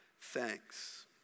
thanks